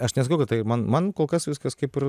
aš nesakau kad tai man man kol kas viskas kaip ir